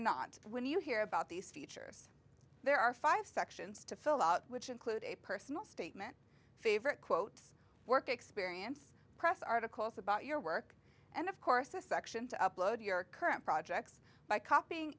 but when you hear about these features there are five sections to fill out which include a personal statement favorite quote work experience press articles about your work and of course a section to upload your current projects by copying